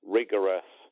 rigorous